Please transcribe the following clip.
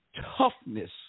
toughness